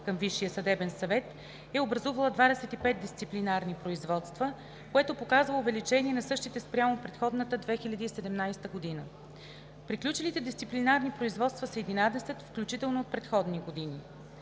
към Висшия съдебен съвет, е образувала 25 дисциплинарни производства, което показва увеличение на същите спрямо предходната 2017 г. Приключилите дисциплинарни производства са 11, включително от предходни години.